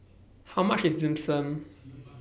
How much IS Dim Sum